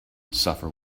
suffer